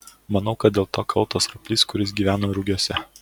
manau kad dėl to kaltas roplys kuris gyvena rugiuose